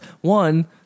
One